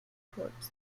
towards